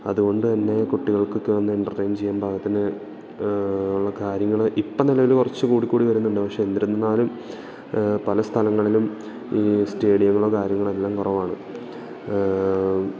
അതുകൊണ്ടുതന്നെ കുട്ടികൾക്കൊക്കെ വന്ന് എൻ്റർടെയ്ൻ ചെയ്യാൻ പാകത്തിന് ഉള്ള കാര്യങ്ങള് ഇപ്പോള് നിലവില് കുറച്ചു കൂടിക്കൂടി വരുന്നുണ്ട് പക്ഷെ എന്നിരുന്നുന്നാലും പല സ്ഥലങ്ങളിലും ഈ സ്റ്റേഡിയങ്ങളോ കാര്യങ്ങളെല്ലാം കുറവാണ്